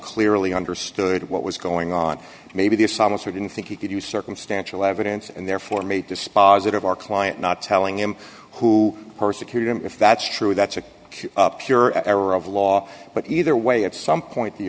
clearly understood what was going on maybe dishonest or didn't think he could use circumstantial evidence and therefore may dispositive our client not telling him who persecuted him if that's true that's a pure error of law but either way at some point the